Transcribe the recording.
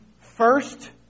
first